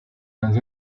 dans